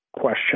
question